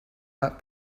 that